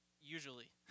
usually